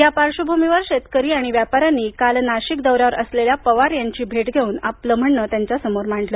या पार्श्वभूमीवर शेतकरी आणि व्यापाऱ्यांनी काल नाशिक दौऱ्यावर असलेल्या पवार यांची भेट घेऊन आपापलं म्हणणं त्यांच्या समोर मांडलं